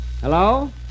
Hello